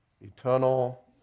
Eternal